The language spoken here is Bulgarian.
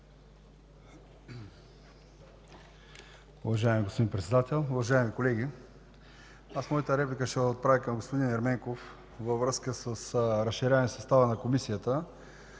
Уважаеми господин Председател, уважаеми колеги! Аз ще отправя моята реплика към господин Ерменков във връзка с разширяване състава на Комисията,